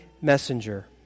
messenger